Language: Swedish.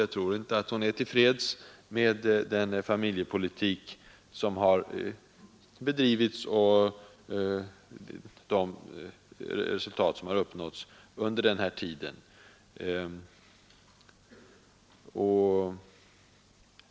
Jag tror inte att hon är till freds med den familjepolitik som har bedrivits och de resultat som har uppnåtts under den här tiden.